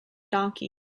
donkey